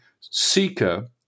seeker